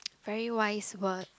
very wise words